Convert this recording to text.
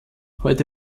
heute